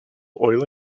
oil